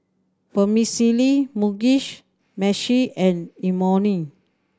Vermicelli Mugi Meshi and Imoni